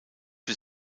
für